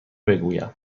بگویم